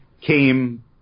came